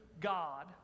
God